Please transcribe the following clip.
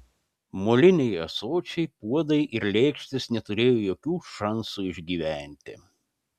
moliniai ąsočiai puodai ir lėkštės neturėjo jokių šansų išgyventi